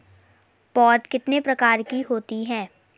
पौध कितने प्रकार की होती हैं?